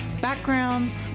backgrounds